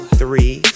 three